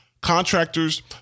Contractors